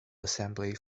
assembly